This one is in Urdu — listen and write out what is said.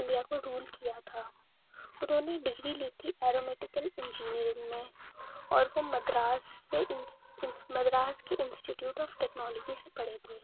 انڈیا کو رول کیا تھا انہوں نے ڈگری لی تھی ارومیٹیکل انجینئرنگ میں اور وہ مدراس سے مدراس کے انسٹیٹیوٹ آف ٹیکنالوجی سے پڑھے تھے